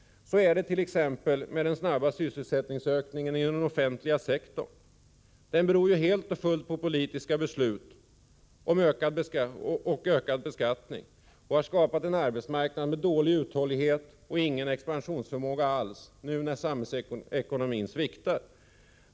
Så är det med den snabba sysselsättningsökningen inom den offentliga sektorn. Den beror helt och fullt på politiska beslut och ökad beskattning och har skapat en arbetsmarknad med dålig uthållighet och ingen expansionsförmåga alls, när nu samhällsekonomin sviktar.